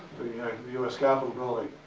the us capitol building.